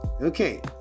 Okay